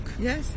Yes